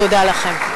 תודה לכם.